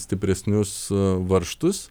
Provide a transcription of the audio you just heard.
stipresnius varžtus